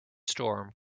storm